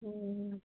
ꯎꯝ